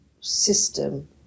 system